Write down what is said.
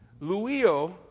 Luio